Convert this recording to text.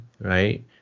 right